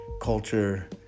culture